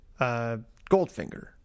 Goldfinger